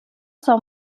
sont